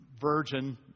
virgin